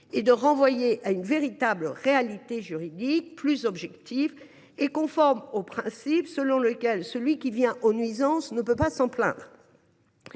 et de renvoyer à une réalité juridique plus objective et conforme au principe selon lequel « celui qui vient aux nuisances ne peut s’en plaindre